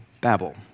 Babel